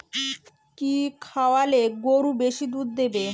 কি খাওয়ালে গরু বেশি দুধ দেবে?